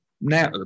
now